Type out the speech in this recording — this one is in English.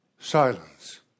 Silence